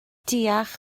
deall